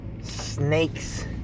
snakes